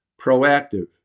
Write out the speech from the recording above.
proactive